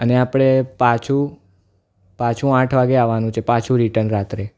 અને આપણે પાછું પાછું આઠ વાગે આવાનું છે પાછું રિટન રાત્રે